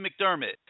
McDermott